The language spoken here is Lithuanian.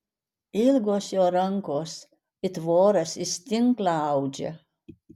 ilgos jo rankos it voras jis tinklą audžia